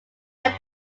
went